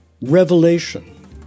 revelation